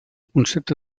concepte